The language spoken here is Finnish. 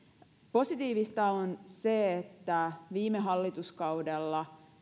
positiivista on se että viime hallituskaudella